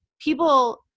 people